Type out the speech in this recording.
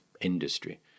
industry